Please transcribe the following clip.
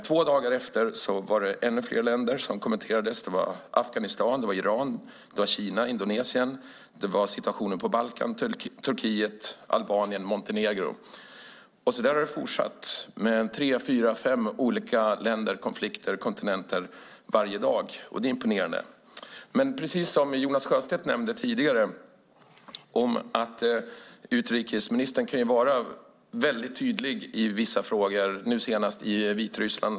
Två dagar efter var det ännu fler länder som kommenterades, nämligen Afghanistan, Iran, Kina, Indonesien, situationen på Balkan, Turkiet, Albanien och Montenegro. Så där har det fortsatt med tre fyra fem länder, konflikter eller kontinenter varje dag. Det är imponerande. Precis som Jonas Sjöstedt sade kan ju utrikesministern vara väldigt tydlig i vissa frågor, nu senast när det gäller Vitryssland.